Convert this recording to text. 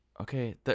Okay